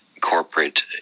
Corporate